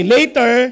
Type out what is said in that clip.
Later